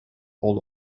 all